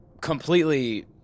completely